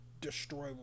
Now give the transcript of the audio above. destroy